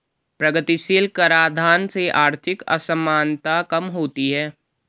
प्रगतिशील कराधान से आर्थिक असमानता कम होती है